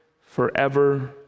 forever